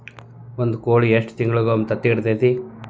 ಒಂದ್ ಕೋಳಿ ಎಷ್ಟ ತಿಂಗಳಿಗೊಮ್ಮೆ ತತ್ತಿ ಇಡತೈತಿ?